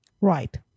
Right